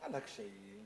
על הקשיים,